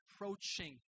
approaching